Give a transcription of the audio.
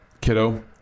kiddo